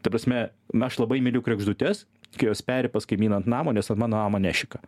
ta prasme aš labai myliu kregždutes kai jos peri pas kaimyną ant namo nes ant mano namo nešika